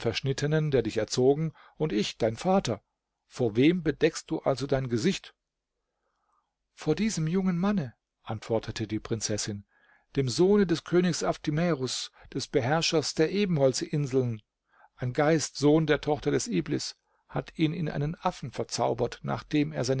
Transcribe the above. verschnittenen der dich erzogen und ich dein vater vor wem bedeckst du also dein gesicht vor diesem junge manne antwortete die prinzessin dem sohne des königs aftimerus des beherrschers der ebenholzinseln ein geist sohn der tochter des iblis hat ihn in einen affen verzaubert nachdem er